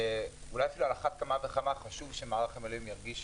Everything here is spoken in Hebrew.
אולי אפילו על אחת כמה וכמה חשוב שמערך המילואים ירגיש